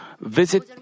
visit